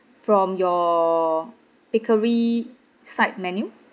from your bakery side menu